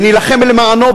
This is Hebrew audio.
ונילחם למענו,